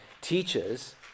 teaches